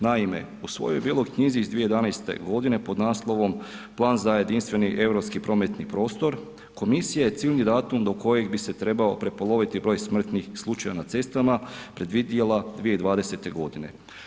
Naime u svojoj bijeloj knjizi iz 2011. godine pod naslovom Plan za jedinstveni europski prometni prostor komisija je ciljni datum do kojeg bi se trebao prepoloviti broj smrtnih slučajeva na cestama predvidjela 2020. godine.